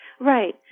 Right